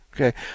Okay